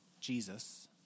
Jesus